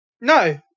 No